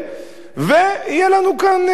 ויהיה לנו כאן שלום.